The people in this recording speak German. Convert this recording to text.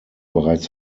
bereits